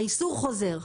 האיסור חוזר.